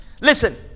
Listen